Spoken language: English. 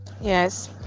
yes